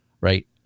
right